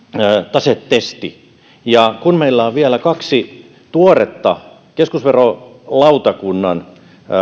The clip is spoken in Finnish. tasetesti kun meillä on vielä kaksi tuoretta keskusverolautakunnan